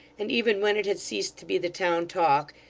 and even when it had ceased to be the town-talk,